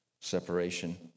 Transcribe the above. separation